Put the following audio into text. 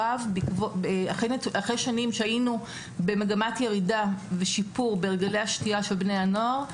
אחרי שנים שהיינו במגמת ירידה ושיפור בהרגלי השתייה של בני הנוער,